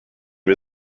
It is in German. wir